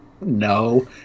no